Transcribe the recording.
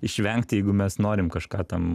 išvengti jeigu mes norim kažką tam